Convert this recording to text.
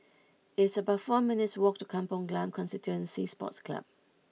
it's about four minutes' walk to Kampong Glam Constituency Sports Club